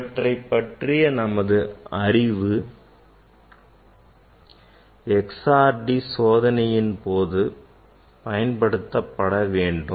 இவற்றை பற்றிய நமது அறிவை XRD சோதனையின் போது பயன்படுத்த வேண்டும்